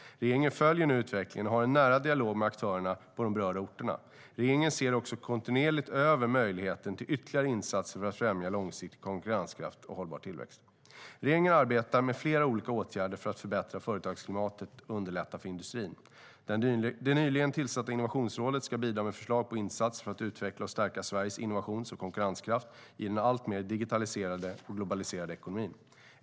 Regeringen följer nu utvecklingen och har en nära dialog med aktörerna på de berörda orterna. Regeringen ser också kontinuerligt över möjligheterna till ytterligare insatser för att främja långsiktig konkurrenskraft och hållbar tillväxt. Regeringen arbetar med flera olika åtgärder för att förbättra företagsklimatet och underlätta för industrin. Det nyligen tillsatta innovationsrådet ska bidra med förslag på insatser för att utveckla och stärka Sveriges innovations och konkurrenskraft i den alltmer digitaliserade och globaliserade ekonomin.